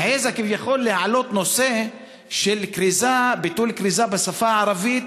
שהעזה כביכול להעלות נושא של ביטול כריזה בשפה הערבית.